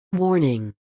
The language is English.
Warning